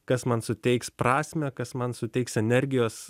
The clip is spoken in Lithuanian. kas man suteiks prasmę kas man suteiks energijos